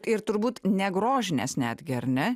ir turbūt negrožinės netgi ar ne